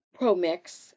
ProMix